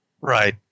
Right